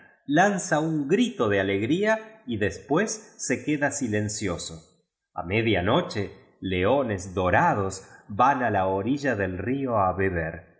lanza un grito de alegría y después se queda silencioso a media noche leones dorados van a la orilla del río a beber